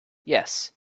yes